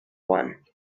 one